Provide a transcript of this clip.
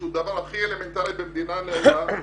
שהוא הדבר הכי אלמנטרי במדינה נאורה,